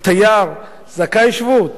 התייר זכאי שבות,